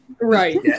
Right